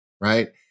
right